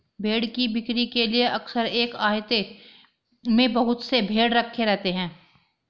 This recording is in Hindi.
भेंड़ की बिक्री के लिए अक्सर एक आहते में बहुत से भेंड़ रखे रहते हैं